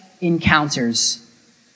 encounters